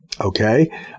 Okay